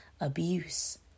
abuse